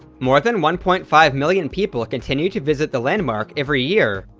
more than one point five million people continue to visit the landmark every year,